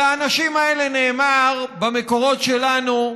על האנשים האלה נאמר במקורות שלנו: